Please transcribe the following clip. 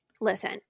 Listen